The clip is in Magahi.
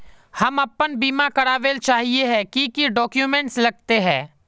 हम अपन बीमा करावेल चाहिए की की डक्यूमेंट्स लगते है?